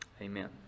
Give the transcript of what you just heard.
Amen